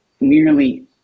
nearly